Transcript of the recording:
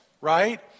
right